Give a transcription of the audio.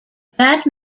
that